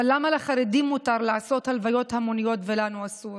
למה לחרדים מותר לעשות הלוויות המוניות ולנו אסור?